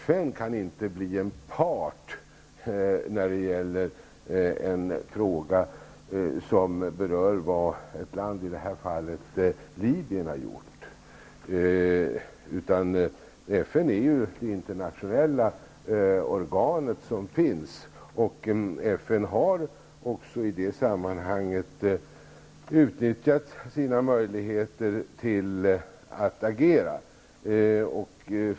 FN kan inte bli en part när det gäller en fråga som berör vad ett land, i det här fallet Libyen, har gjort. FN är det internationella organ som skall agera i detta fall, och FN har utnyttjat sina möjligheter att agera.